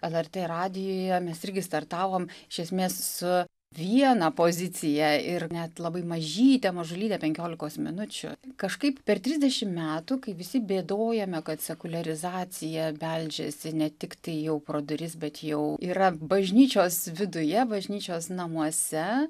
lrt radijuje mes irgi startavom iš esmės su viena pozicija ir net labai mažyte mažulyte penkiolikos minučių kažkaip per trisdešim metų kai visi bėdojame kad sekuliarizacija beldžiasi ne tiktai jau pro duris bet jau yra bažnyčios viduje bažnyčios namuose